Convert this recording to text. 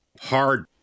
hard